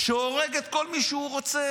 שהורג את כל מי שהוא רוצה.